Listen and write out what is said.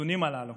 הנתונים הללו